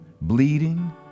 bleeding